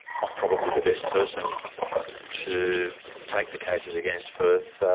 i'm probably the best person to take the cases against firth,